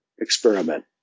experiment